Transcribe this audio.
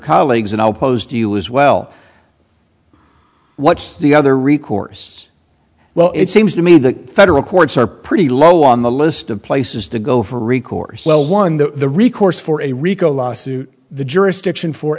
colleagues and i'll pose to you as well what's the other recourse well it seems to me that federal courts are pretty low on the list of places to go for recourse well one the recourse for a rico lawsuit the jurisdiction for